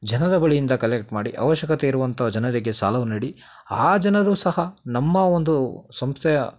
ಜನರ ಬಳಿಯಿಂದ ಕಲೆಕ್ಟ್ ಮಾಡಿ ಅವಶ್ಯಕತೆ ಇರುವಂಥ ಜನರಿಗೆ ಸಾಲವನ್ನ ನೀಡಿ ಆ ಜನರೂ ಸಹ ನಮ್ಮ ಒಂದು ಸಂಸ್ಥೆಯ